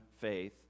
faith